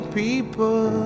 people